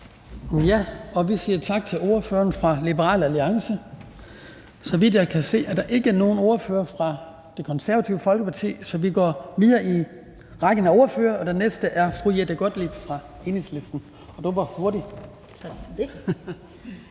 Vi siger tak til ordføreren for Liberal Alliance. Så vidt jeg kan se, er der ikke nogen ordfører for Det Konservative Folkeparti, så vi går videre i rækken af ordførere, og den næste er fru Jette Gottlieb fra Enhedslisten.